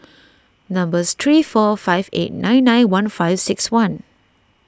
number three four five eight nine nine one five six one